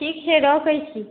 ठीक छै रखै छी